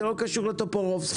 זה לא קשור לטופורובסקי.